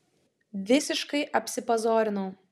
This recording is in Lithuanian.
visiškai apsipazorinau